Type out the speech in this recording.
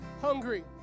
hungry